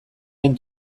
den